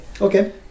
okay